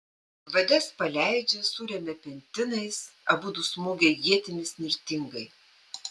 vades paleidžia suremia pentinais abudu smogia ietimis nirtingai